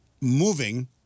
moving